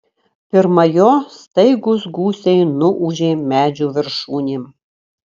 pirma jo staigūs gūsiai nuūžė medžių viršūnėm